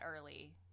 early